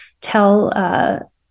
tell